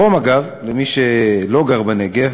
ברום, אגב, למי שלא גר בנגב,